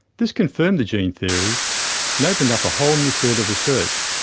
this confirmed the gene theory and opened up a whole new field of research.